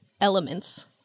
elements